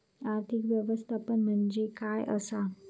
आर्थिक व्यवस्थापन म्हणजे काय असा?